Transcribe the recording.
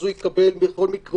הוא יקבל בכל מקרה,